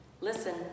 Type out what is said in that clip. Listen